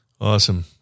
Awesome